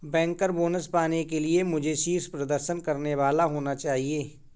banker bonus पाने के लिए मुझे शीर्ष प्रदर्शन करने वाला होना चाहिए